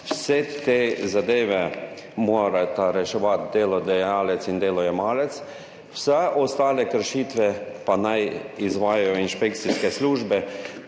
vse te zadeve morata reševati delodajalec in delojemalec, vse ostale kršitve pa naj izvajajo inšpekcijske službe,